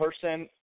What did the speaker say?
person